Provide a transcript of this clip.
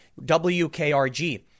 WKRG